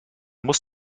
muss